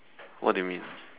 what do you mean